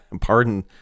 Pardon